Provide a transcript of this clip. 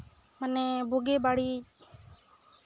ᱢᱟᱱᱮ ᱵᱩᱜᱤ ᱵᱟᱹᱲᱤᱡ